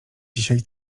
dzisiaj